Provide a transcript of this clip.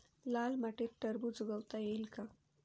लाल मातीत टरबूज उगवता येईल का?